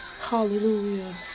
Hallelujah